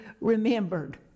remembered